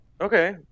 Okay